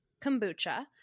kombucha